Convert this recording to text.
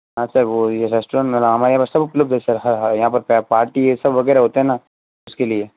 हाँ सर वो ये रेस्ट्रॉन्ट में हमारे यहाँ सब उपलब्ध है सर हाँ यहाँ पर पार्टी ये सब वगैरह होते है ना उसके लिए